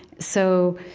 so,